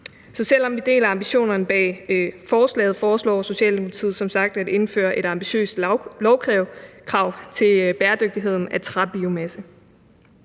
Selv om vi deler ambitionerne bag forslaget, foreslår Socialdemokratiet som sagt at indføre et ambitiøst lovkrav til bæredygtigheden af træbiomasse.